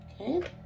Okay